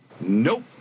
Nope